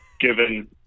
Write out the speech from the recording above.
given